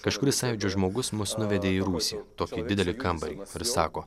kažkuris sąjūdžio žmogus mus nuvedė į rūsį tokį didelį kambarį ir sako